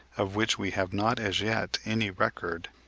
of which we have not as yet any record,